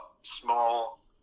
small